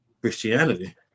christianity